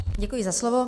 Děkuji za slovo.